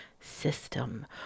system